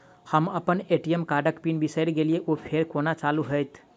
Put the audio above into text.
हम अप्पन ए.टी.एम कार्डक पिन बिसैर गेलियै ओ फेर कोना चालु होइत?